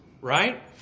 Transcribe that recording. right